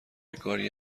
کاری